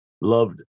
loved